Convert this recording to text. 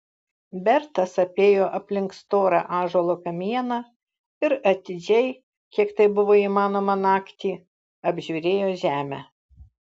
bertas apėjo aplink storą ąžuolo kamieną ir atidžiai kiek tai buvo įmanoma naktį apžiūrėjo žemę